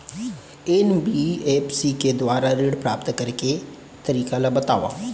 NBFC के दुवारा ऋण प्राप्त करे के तरीका ल बतावव?